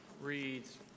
Reads